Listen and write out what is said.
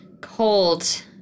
cold